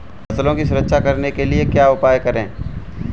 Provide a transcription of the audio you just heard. फसलों की सुरक्षा करने के लिए क्या उपाय करें?